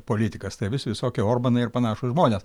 politikas tai vis visokie orbanai ir panašūs žmonės